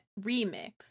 Remix